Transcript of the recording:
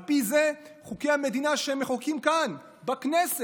על פי זה, חוקי המדינה שמחוקקים כאן בכנסת,